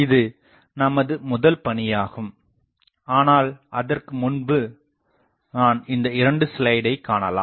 இது நமது முதல் பணியாகும் ஆனால் அதற்கு முன்பு நான் இந்த 2 ஸ்லைடு ஐ காணலாம்